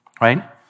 right